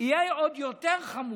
יהיה עוד יותר חמור: